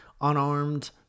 unarmed